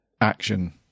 action